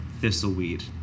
Thistleweed